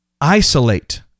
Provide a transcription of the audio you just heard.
Isolate